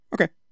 Okay